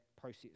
process